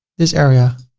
this area